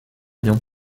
bien